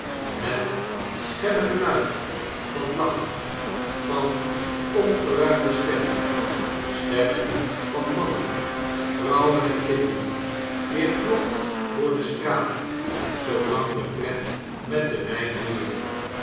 het schelle geluid van lachen van opgeruimde stemmen stemmen van mannen vrouwen en kinderen weerklonk door de straat zoolang de pret met den wjjn duurde